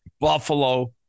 Buffalo